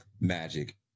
magic